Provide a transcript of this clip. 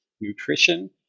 nutrition